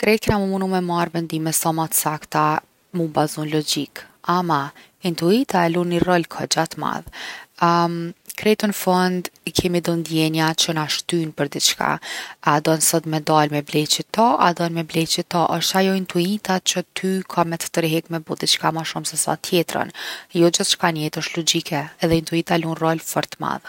Krejt kena mu munu me marr’ vendime sa ma t’sakta mu bazu n’logjikë, ama intuita e lun ni rol kogja t’madh. krejt n’fund i kemi do ndjenja që na shtyjnë për diçka, a don sot me dal me ble qita, a don me ble qita? Osht qajo intuita qe ty ka me t’terhek me bo diçka ma shumë se tjetrën. Jo gjithçka n’jetë osht logjike edhe intuita lun rol fort t’madh.